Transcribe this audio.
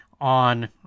on